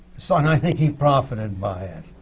so and i think he profited by it.